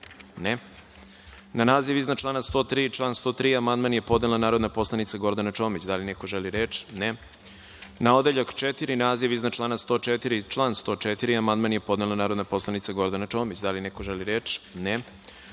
(Ne.)Na naziv iznad člana 130. i član 130. amandman je podnela narodna poslanica Gordana Čomić. Da li neko želi reč? (Ne.)Na naziv iznad člana 131. i član 131. amandman je podnela narodna poslanica Gordana Čomić. Da li neko želi reč?